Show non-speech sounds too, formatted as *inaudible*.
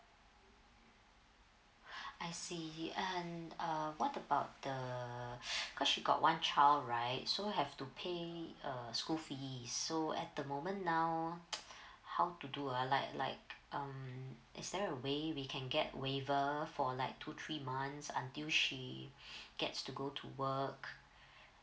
*breath* I see um uh what about the *breath* cause she got one child right so have to pay uh school fees so at the moment now *noise* how to do uh like like um is there a way we can get waiver for like two three months until she *breath* gets to go to work